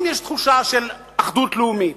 אם יש תחושה של אחדות לאומית,